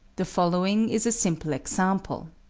the following is a simple example